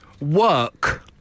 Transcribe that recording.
Work